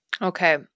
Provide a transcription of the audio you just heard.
Okay